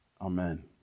Amen